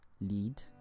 lead